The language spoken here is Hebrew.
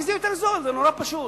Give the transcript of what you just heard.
כי זה יותר זול, זה נורא פשוט.